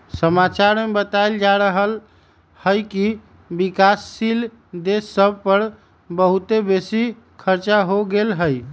समाचार में बतायल जा रहल हइकि विकासशील देश सभ पर बहुते बेशी खरचा हो गेल हइ